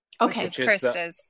Okay